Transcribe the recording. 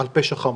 על פשע חמור.